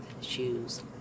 shoes